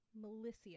Melissa